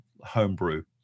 homebrew